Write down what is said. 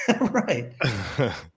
right